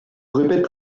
répète